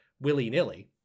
willy-nilly